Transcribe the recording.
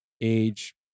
age